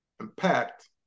impact